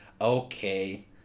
Okay